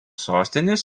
sostinės